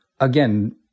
again